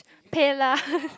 PayLah